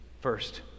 first